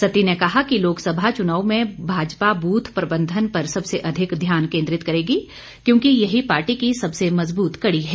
सत्ती ने कहा कि लोकसभा चुनाव में भाजपा बूथ प्रबंधन पर सबसे अधिक ध्यान केन्द्रित करेगी क्योंकि यही पार्टी की सबसे मज़बूत कड़ी है